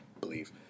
believe